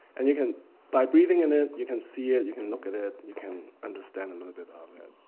and you can by breathing in it, you can see it, you can look at it, you can understand a little bit about um it.